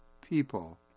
people